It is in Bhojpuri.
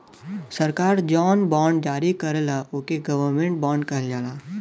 सरकार जौन बॉन्ड जारी करला ओके गवर्नमेंट बॉन्ड कहल जाला